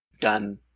done